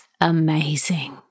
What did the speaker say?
amazing